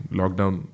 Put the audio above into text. lockdown